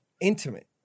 intimate